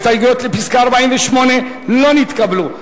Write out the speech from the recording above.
הסתייגות 48 לא נתקבלה.